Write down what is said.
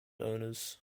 owners